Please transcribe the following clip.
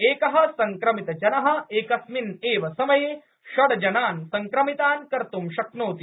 एकः सङ्क्रमितजनः एकस्मिन् एव समये षड् जनान् सङ्क्रमितान् कर्त् शक्नोति